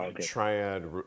triad